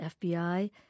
FBI